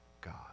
God